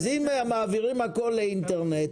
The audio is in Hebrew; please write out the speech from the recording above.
אז אם מעבירים הכול לאינטרנט,